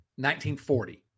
1940